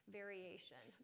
variation